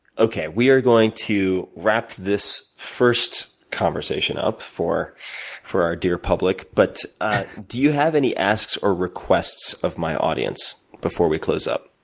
okay, we are going to wrap this first conversation up, for for our dear public, but do you have any asks or requests of my audience before we close up?